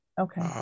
Okay